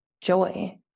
joy